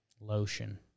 Lotion